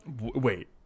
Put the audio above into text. wait